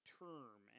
term